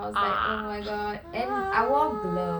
ah ah